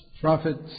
prophets